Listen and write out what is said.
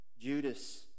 Judas